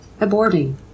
Aborting